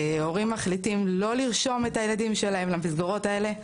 הורים מחליטים לא לרשום את הילדים שלהם למסגרות האלה,